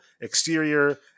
exterior